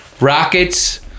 Rockets